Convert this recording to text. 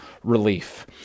relief